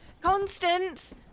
Constance